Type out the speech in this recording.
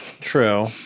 True